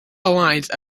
alliance